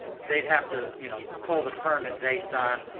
they have to, you know, pull the permit based on,